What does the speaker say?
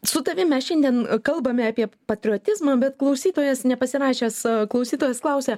su tavim mes šiandien kalbame apie patriotizmą bet klausytojas nepasirašęs klausytojas klausia